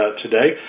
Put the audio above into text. today